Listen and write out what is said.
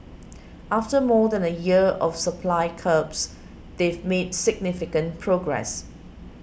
after more than a year of supply curbs they've made significant progress